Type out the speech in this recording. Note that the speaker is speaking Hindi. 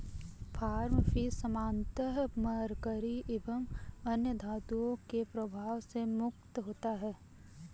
फार्म फिश सामान्यतः मरकरी एवं अन्य धातुओं के प्रभाव से मुक्त होता है